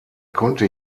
konnte